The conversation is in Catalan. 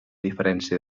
diferència